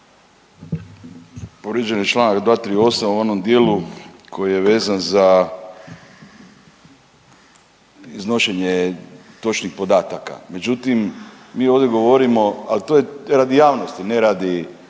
Povrijeđen je čl. 238. u onom dijelu koji je vezan za iznošenje točnih podataka. Međutim, mi ovdje govorimo, al to je radi javnosti, ne radi